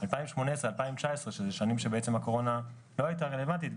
2018 2019 שזה שנים שבעצם הקורונה לא הייתה רלוונטית,